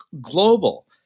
global